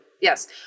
Yes